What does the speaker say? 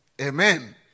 Amen